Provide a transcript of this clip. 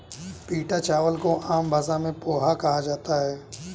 पीटा चावल को आम भाषा में पोहा कहा जाता है